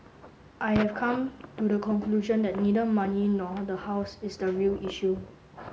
I have come to the conclusion that neither money nor the house is the real issue